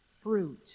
fruit